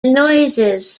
noises